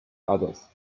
others